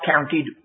counted